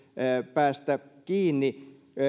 päästä kiinni